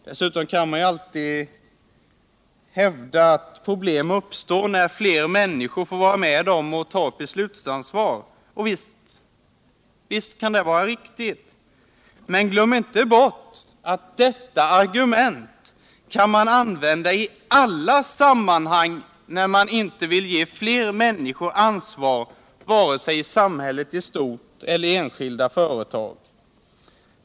Dessutom kan man alltid hävda att problem uppstår när fler människor får vara med och ta ett beslutsansvar. Visst kan det vara riktigt. Men glöm inte bort att det argumentet kan man använda i alla sammanhang när man inte vill ge fler människor ansvar vare sig i samhället i stort eller i enskilda företag.